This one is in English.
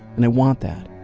and i want that.